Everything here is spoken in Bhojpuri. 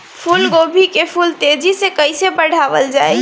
फूल गोभी के फूल तेजी से कइसे बढ़ावल जाई?